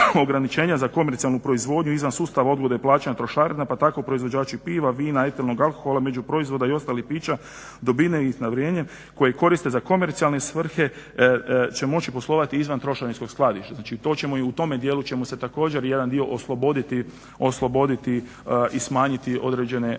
za komercijalnu proizvodnju izvan sustava odgode plaćanja trošarina pa tako proizvođači piva, vina, etilnog alkohola, međuproizvoda i ostalih pića dobivenih vrenjem koji koriste za komercijalne svrhe će moći poslovati izvan trošarinskom skladišta, znači i u tome dijelu ćemo se također jedan dio osloboditi i smanjiti određene regulative